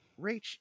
Rach